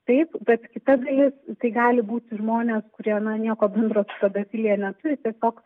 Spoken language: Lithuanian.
taip bet kita dalis tai gali būti žmonės kurie na nieko bendro su pedofilija neturi tiesiog